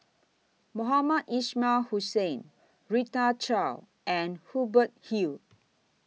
Mohamed Ismail Hussain Rita Chao and Hubert Hill